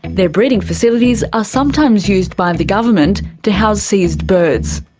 and their breeding facilities are sometimes used by the government to house seized birds.